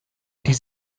die